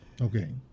Okay